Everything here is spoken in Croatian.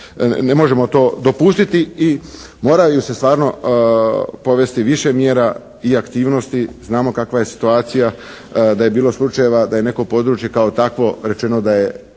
ne možemo to dopustiti i moraju se stvarno povesti više mjera i aktivnosti. Znamo kakva je situacija da je bilo slučajeva da je neko područje kao takvo rečeno da je